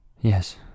Yes